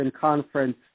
Conference